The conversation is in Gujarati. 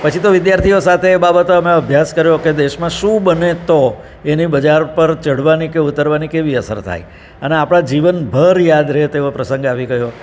પછી તો વિદ્યાર્થીઓ સાથે એ બાબતે અમે અભ્યાસ કર્યો કે દેશમાં શું બને તો એને બજાર પર ચઢવાની કે ઉતરવાની કેવી અસર થાય અને આપણાં જીવનભર યાદ રહે એવો પ્રસંગ આવી ગયો